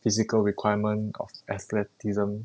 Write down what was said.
physical requirement of athleticism